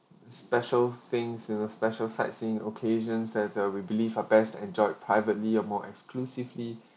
special things you know special sightseeing occasion that uh we believe our best enjoyed privately or more exclusively